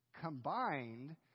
combined